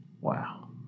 Wow